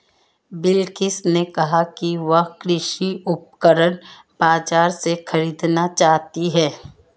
बिलकिश ने कहा कि वह कृषि उपकरण बाजार से खरीदना चाहती है